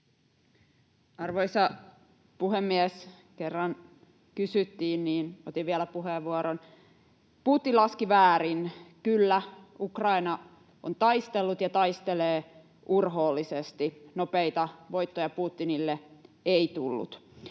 Arvoisa puhemies! Kun kerran kysyttiin, niin otin vielä puheenvuoron. Putin laski väärin, kyllä; Ukraina on taistellut ja taistelee urhoollisesti. Nopeita voittoja Putinille ei tullut.